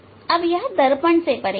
अब यह दर्पण से परे है